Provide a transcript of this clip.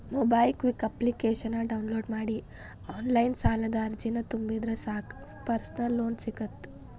MobiKwik ಅಪ್ಲಿಕೇಶನ download ಮಾಡಿ online ಸಾಲದ ಅರ್ಜಿನ ತುಂಬಿದ್ರ ಸಾಕ್ ಪರ್ಸನಲ್ ಲೋನ್ ಸಿಗತ್ತ